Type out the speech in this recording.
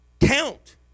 count